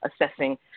assessing